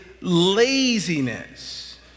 laziness